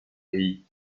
pays